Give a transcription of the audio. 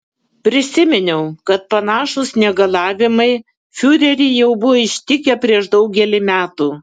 prisiminiau kad panašūs negalavimai fiurerį jau buvo ištikę prieš daugelį metų